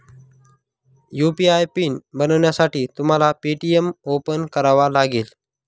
UPI PIN बनवण्यासाठी तुम्हाला Paytm open करावा लागेल